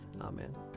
Amen